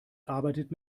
arbeitet